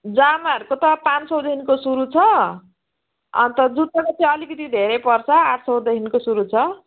जामाहरूको त पाँच सयदेखिको सुरु छ अन्त जुत्ता चाहिँ अलिकति धेरै पर्छ आठ सयदेखिको सुरु छ